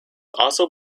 also